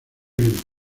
bien